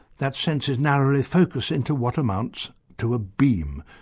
that sense is narrowly focused into what amounts to a beam,